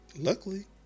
luckily